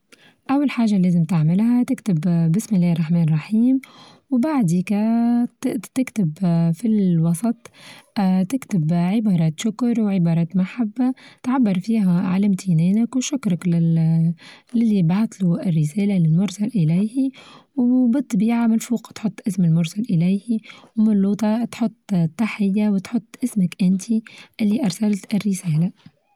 أول حاچة لازم تعملها تكتب آآ بسم الله الرحمن الرحيم، وبعديكا تكتب آآ في الوسط آآ تكتب عبارات شكر وعبارات محبة تعبر فيها على امتنانك وشكرك لل-للى باعتلو الرسالة للمرسل إليه وبالطبيعة من فوق تحط أسم المرسل إليه ومن لوتا تحط تحية وتحط أسمك أنت اللى أرسلت الرسالة.